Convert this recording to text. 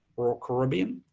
royal caribbean,